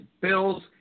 Bills